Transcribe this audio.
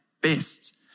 best